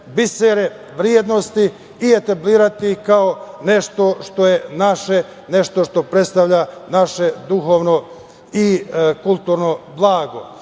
bisere vrednosti i etablirati ih kao nešto što je naše, nešto što predstavlja naše duhovno i kulturno blago. Na